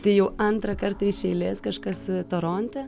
tai jau antrą kartą iš eilės kažkas toronte